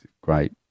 great